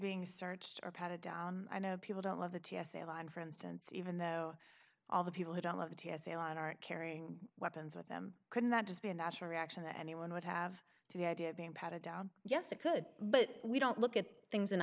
being searched or patted down i know people don't love the t s a line for instance even though all the people who don't love the t s a a lot are carrying weapons with them couldn't that just be a natural reaction that anyone would have to the idea of being patted down yes it could but we don't look at things in